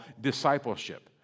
discipleship